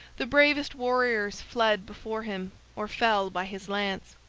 the bravest warriors fled before him or fell by his lance.